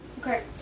Okay